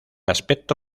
aspecto